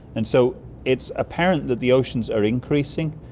and so it's apparent that the oceans are increasing.